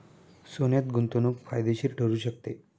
सोन्यात गुंतवणूक फायदेशीर ठरू शकते